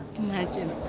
imagine!